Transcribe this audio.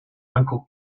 uncle